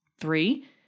Three